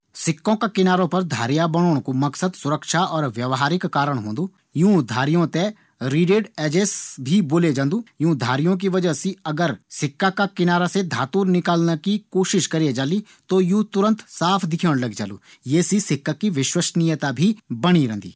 सिक्कों का किनारा पर धारियां बणोंण कू मकसद सुरक्षा और व्यावहारिक कारणों कू थू। यूँ धारियों थें रीडेड एजेस भी बोले जांदू। यूँ धारियों की वजह से अगर सिक्का का किनारा से धातु निकलना की कोशिश करै जाली त यू साफ दिखी जालु। ये सी सिक्का की विश्वासनीयता भी बणी रैंदी।